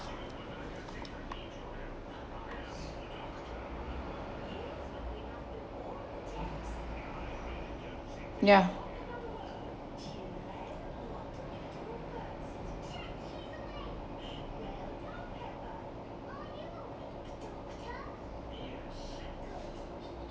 ya